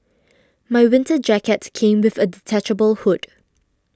my winter jacket came with a detachable hood